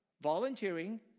volunteering